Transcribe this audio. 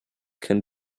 can